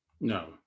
No